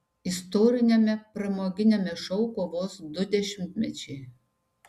istoriniame pramoginiame šou kovos du dešimtmečiai